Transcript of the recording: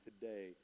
today